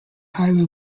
highway